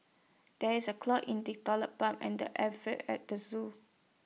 there is A clog in the Toilet Pipe and the air Vents at the Zoo